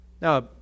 Now